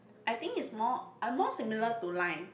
I think it's more uh more similar to Line